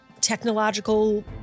technological